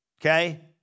Okay